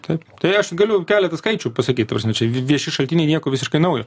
taip tai aš galiu keletą skaičių pasakyt ta prasme čia v vieši šaltiniai nieko visiškai naujo